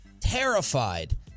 terrified